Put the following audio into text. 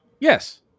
Yes